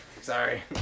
Sorry